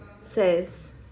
says